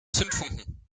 zündfunken